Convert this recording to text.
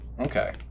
Okay